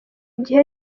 gihe